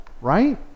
Right